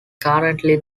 currently